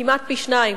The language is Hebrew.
כמעט פי-שניים,